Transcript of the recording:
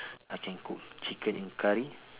I can cook chicken in curry